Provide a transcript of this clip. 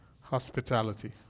hospitality